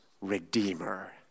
Redeemer